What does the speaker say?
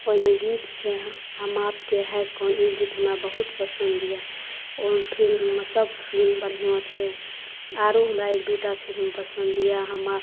ओहिमे गीत छै हम आपके है कौन ई गीत हमरा बहुत पसन्द यऽ ओहि फिल्ममे सभ सीन बढ़िआँ छै आरो हमरा एक दूटा फिल्म पसन्द यऽ हम